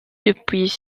depuis